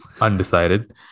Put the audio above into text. undecided